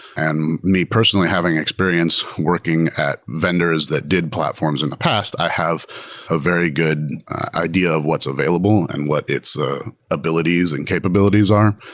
and me personally, having experience working at vendors that did platforms in the past, i have a very good idea of what's available and what its abilities and capabilities are.